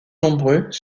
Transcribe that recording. nombreux